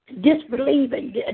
Disbelieving